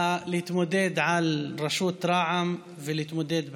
להתמודד על רשות רע"ם ולהתמודד לכנסת.